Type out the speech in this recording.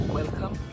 welcome